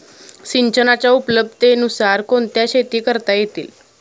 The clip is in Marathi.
सिंचनाच्या उपलब्धतेनुसार कोणत्या शेती करता येतील?